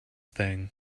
thing